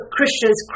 Christians